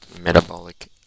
metabolic